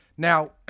Now